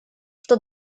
что